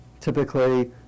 typically